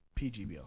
PGBL